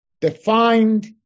defined